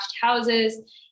houses